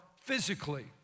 physically